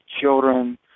children